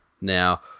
Now